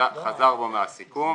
חזר בו מהסיכום.